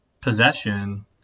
possession